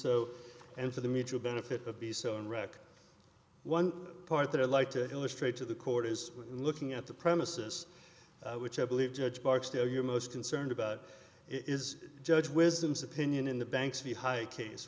so and for the mutual benefit to be so in wreck one part that i'd like to illustrate to the court is looking at the premises which i believe judge barksdale you're most concerned about is judge wisdoms opinion in the bank's fee hike case